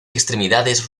extremidades